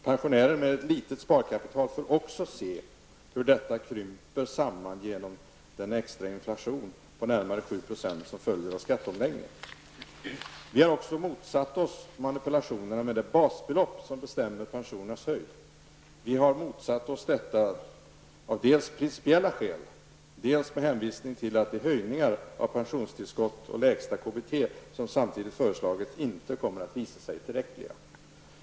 Pensionärer med ett litet sparkapital får också se hur detta krymper samman genom den extra inflation på närmare 7 % Vi har också motsatt oss manipultionerna med det basbelopp som bestämmer pensionernas storlek. Detta har vi gjort dels av principiella skäl, dels med hänvisning till att de höjningar av pensionstillskotten och lägsta KBT som föreslås samtidigt inte kommer att visa sig tillräckliga.